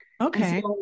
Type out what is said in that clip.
Okay